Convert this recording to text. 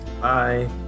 Bye